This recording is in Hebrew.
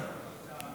אני